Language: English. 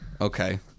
okay